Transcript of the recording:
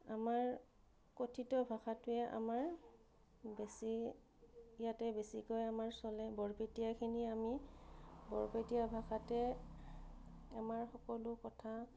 আমাৰ কথিত ভাষাটোৱে আমাৰ বেছি ইয়াতে বেছিকৈ আমাৰ চলে বৰপেটীয়াখিনি আমি বৰপেটীয়া ভাষাতে আমাৰ সকলো কথা